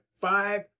five